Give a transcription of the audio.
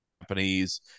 japanese